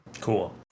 Cool